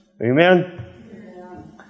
Amen